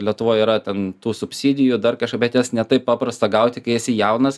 lietuvoj yra ten tų subsidijų dar kažko bet jas ne taip paprasta gauti kai esi jaunas